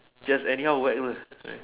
just anyhow whack lah right